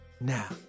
now